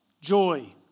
joy